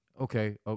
Okay